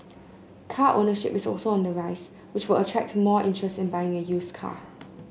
car ownership is also on the rise which will attract more interest in buying a used car